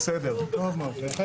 הישיבה